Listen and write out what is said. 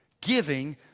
Giving